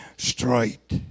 straight